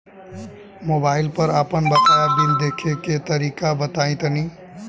Mobile पर आपन बाकाया बिल देखे के तरीका बताईं तनि?